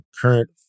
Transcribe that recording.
current